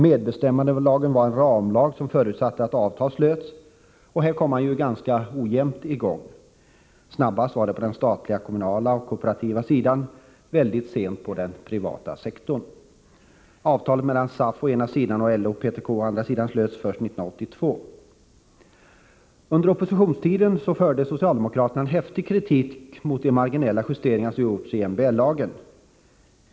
Medbestämmandelagen var en ramlag, som förutsatte att avtal slöts. Man kom i gång med detta i ganska ojämn takt — snabbast på den statliga, kommunala och kooperativa sidan och mycket sent inom den privata sektorn. Avtalet mellan SAF å ena sidan och LO och PTK å den andra slöts först 1982. Under oppositionstiden framförde socialdemokraterna en häftig kritik 13 mot de marginella justeringar som gjordes i MBL.